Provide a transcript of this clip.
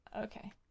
okay